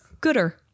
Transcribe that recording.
Gooder